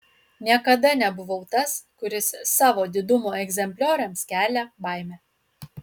niekada nebuvau tas kuris savo didumo egzemplioriams kelia baimę